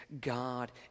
God